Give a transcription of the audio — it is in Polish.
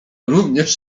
również